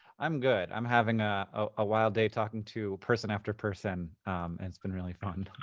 i'm good. i'm having a ah wild day talking to person after person and it's been really fun.